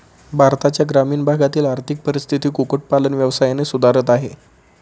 भारताच्या ग्रामीण भागातील आर्थिक परिस्थिती कुक्कुट पालन व्यवसायाने सुधारत आहे